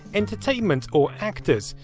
entertainment or actors.